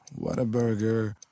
Whataburger